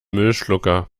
müllschlucker